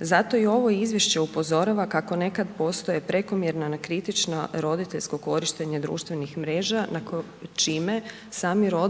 Zato ovo izvješće upozorava kako nekad postoje prekomjerno nekritično roditeljsko korištenje društvenih mreža čime sami roditelji